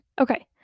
okay